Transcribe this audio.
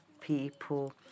people